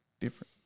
different